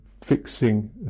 fixing